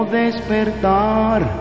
despertar